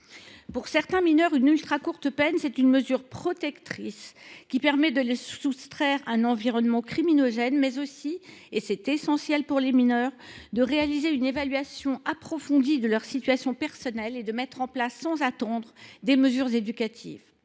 Pour certains mineurs, une peine ultracourte, c’est une mesure protectrice qui permet de les soustraire à un environnement criminogène, mais aussi – et c’est essentiel pour les mineurs – de réaliser une évaluation approfondie de leur situation personnelle et de mettre en place, sans attendre, des mesures éducatives.